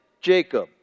Jacob